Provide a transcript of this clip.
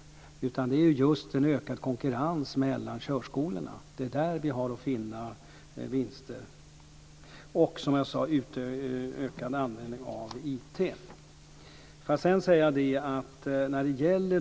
Vad det handlar om är just en ökad konkurrens mellan körskolorna. Det är där vi har vinster att göra. När det gäller